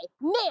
Now